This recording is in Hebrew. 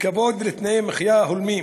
לכבוד ולתנאי מחיה הולמים,